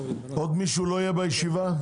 עוד מישהו לא יהיה בישיבה?